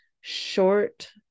short